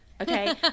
okay